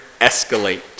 escalate